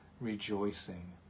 rejoicing